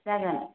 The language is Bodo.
जागोन